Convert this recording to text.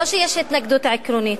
לא שיש התנגדות עקרונית.